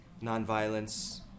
non-violence